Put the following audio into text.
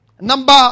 Number